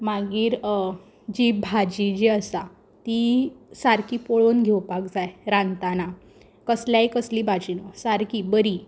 मागीर जी भाजी जी आसा ती सारकी पळोवन घेवपाक जाय रांदताना कसल्याय कसली भाजी न्हू सारकी बरी